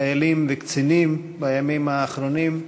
חיילים וקצינים, בימים האחרונים,